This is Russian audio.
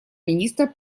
министра